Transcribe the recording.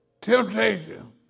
Temptation